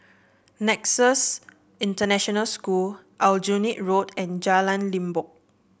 Nexus International School Aljunied Road and Jalan Limbok